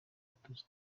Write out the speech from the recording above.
abatutsi